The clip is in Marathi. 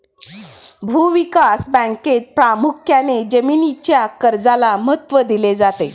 भूविकास बँकेत प्रामुख्याने जमीनीच्या कर्जाला महत्त्व दिले जाते